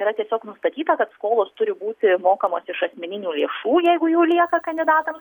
yra tiesiog nustatyta kad skolos turi būti mokamos iš asmeninių lėšų jeigu jų lieka kandidatams